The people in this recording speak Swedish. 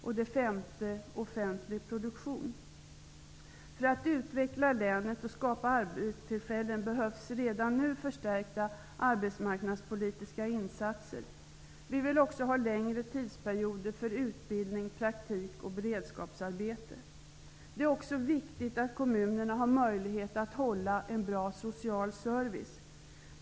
Det femte området är offentlig produktion. För att utveckla länet och skapa arbetstillfällen behövs redan nu förstärkta arbetsmarknadspolitiska insatser. Vi vill också ha längre tidsperioder för utbildning, praktik och beredskapsarbete. Det är också vikigt att kommunerna har möjlighet att hålla en bra social service.